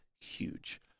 huge